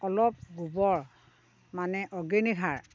অলপ গোবৰ মানে অৰ্গেনিক সাৰ